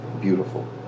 beautiful